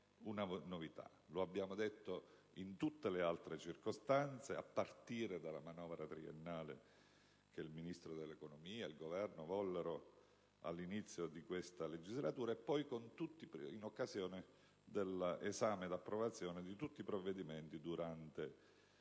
anni. Lo abbiamo detto in tutte le altre circostanze, a partire dalla manovra triennale che il Ministro dell'economia e il Governo vollero all'inizio di questa legislatura, e poi in occasione dell'esame e dell'approvazione di tutti provvedimenti durante questi due